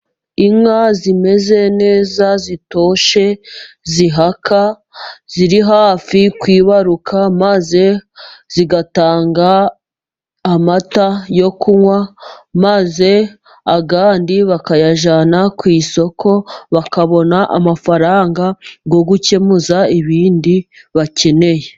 Inka zimeze neza zitoshye，zihaka， ziri hafi kwibaruka， maze zigatanga amata yo kunywa， maze ayandi bakayajyana ku isoko，bakabona amafaranga yo gukemuza ibindi bakeneye.